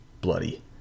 bloody